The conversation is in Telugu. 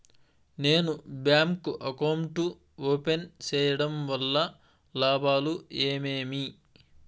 నేను బ్యాంకు అకౌంట్ ఓపెన్ సేయడం వల్ల లాభాలు ఏమేమి?